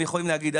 הם יכולים להגיד,